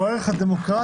שהוא הערך הדמוקרטי,